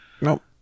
nope